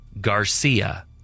Garcia